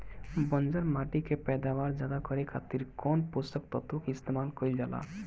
बंजर माटी के पैदावार ज्यादा करे खातिर कौन पोषक तत्व के इस्तेमाल कईल जाला?